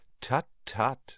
Tut-tut